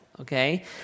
okay